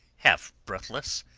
half breathless,